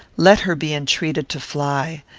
let her be entreated to fly.